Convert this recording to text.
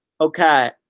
Okay